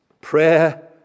prayer